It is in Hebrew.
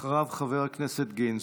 אחריו, חבר הכנסת גינזבורג.